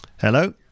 hello